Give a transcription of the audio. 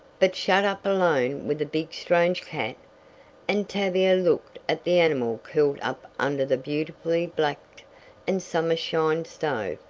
but shut up alone with a big strange cat and tavia looked at the animal curled up under the beautifully-blacked and summer-shined stove.